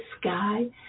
sky